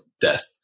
death